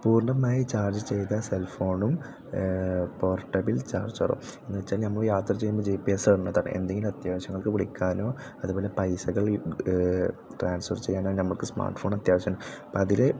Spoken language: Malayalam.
പൂർണ്ണമായി ചാർജ്ജ് ചെയ്ത സെൽ ഫോണും പോർട്ടബിൾ ചാർജ്ജറും എന്നു വെച്ചാൽ നമ്മൾ യാത്ര ചെയ്യുമ്പോൾ ജി പി എസ് ഇടുന്നതാണ് എന്തെങ്കിലും അത്യാവശ്യങ്ങൾക്ക് വിളിക്കാനോ അതുപോലെ പൈസകൾ ട്രാൻസ്ഫർ ചെയ്യാനോ നമുക്ക് സ്മാർട്ട് ഫോൺ അത്യാവശ്യമാണ് അപ്പതിൽ